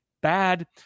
Bad